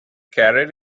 carried